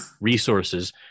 resources